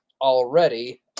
already